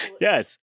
Yes